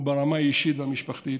וברמה האישית המשפחתית.